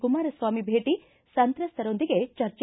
ಕುಮಾರಸ್ವಾಮಿ ಭೇಟ ಸಂತ್ರಸ್ಥರೊಂದಿಗೆ ಚರ್ಚೆ